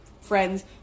friends